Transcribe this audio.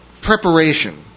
preparation